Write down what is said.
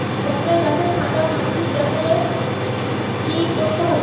পটলে গাছে সাদা মাছি দেখালে কি করতে হবে?